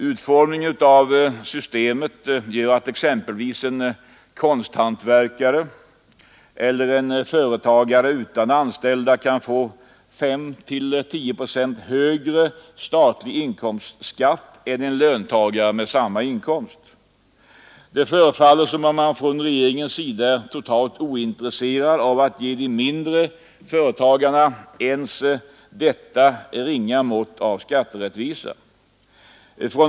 Utformningen av systemet gör att exempelvis en konsthantverkare eller en företagare utan anställda kan få 5—10 procent högre statlig inkomstskatt än en löntagare med samma inkomst. Det förefaller som regeringen är totalt ointresserad av att ge de mindre företagarna ens detta ringa mått av skatterättvisa.